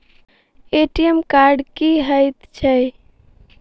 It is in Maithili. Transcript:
ए.टी.एम कार्ड की हएत छै?